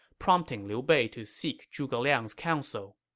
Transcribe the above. prompting liu bei to seek zhuge liang's counsel